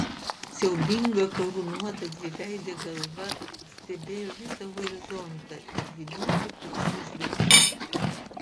siaubinga karūnuota dviveidė galva stebėjo visą horizontą dvilypiu piktu žvilgsniu